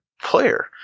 player